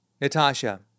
Natasha